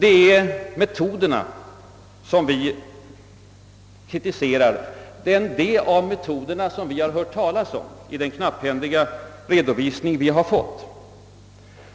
Det är metoderna vi kritiserar, det av metoderna som vi hört talas om i den knapphändiga redovisning som vi har fått.